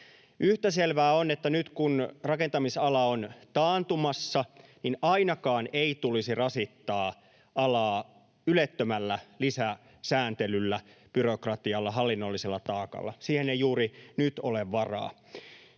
Yhtä selvää on, että nyt kun rakentamisala on taantumassa, ainakaan ei tulisi rasittaa alaa ylettömällä lisäsääntelyllä, byrokratialla ja hallinnollisella taakalla. Siihen ei juuri nyt ole varaa.